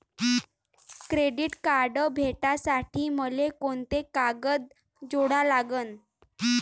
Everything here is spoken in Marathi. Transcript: क्रेडिट कार्ड भेटासाठी मले कोंते कागद जोडा लागन?